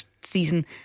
season